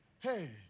Hey